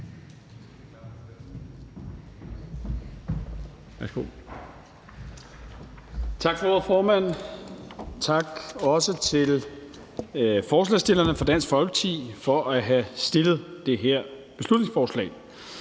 Tak for ordet, formand, og også tak til forslagsstillerne fra Dansk Folkeparti for at have fremsat det her beslutningsforslag.